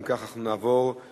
אם כך, אנחנו נעבור להצבעה.